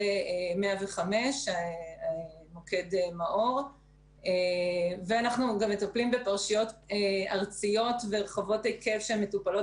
יחידה 105. אנחנו גם מטפלים בפרשיות רחבות היקף שמטופלות